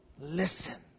Listen